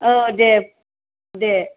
औ दे दे